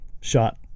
shot